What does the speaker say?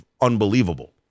unbelievable